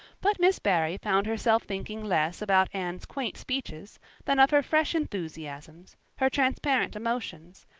but miss barry found herself thinking less about anne's quaint speeches than of her fresh enthusiasms, her transparent emotions,